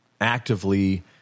actively